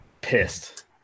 pissed